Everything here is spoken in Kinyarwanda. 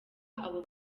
abo